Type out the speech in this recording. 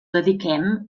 dediquem